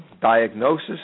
diagnosis